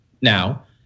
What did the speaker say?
now